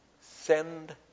send